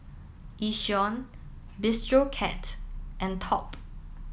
Yishion Bistro Cat and Top